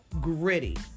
gritty